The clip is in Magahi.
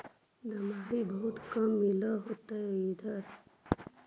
दमाहि बहुते काम मिल होतो इधर?